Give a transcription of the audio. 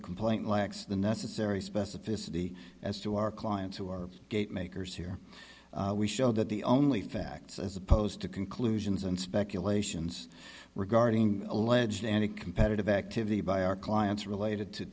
the complaint lacks the necessary specificity as to our clients who are gate makers here we show that the only facts as opposed to conclusions and speculations regarding alleged any competitive activity by our clients are related to